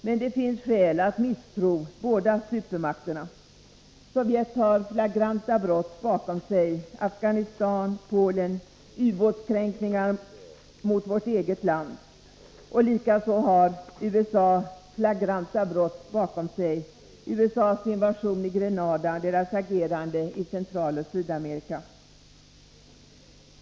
Men det finns skäl att misstro båda supermakterna. Sovjet har flagranta brott bakom sig — Afghanistan, Polen, ubåtskränkningarna mot vårt eget land. Detsamma gäller USA — deras invasion av Grenada, deras agerande i Centraloch Sydamerika.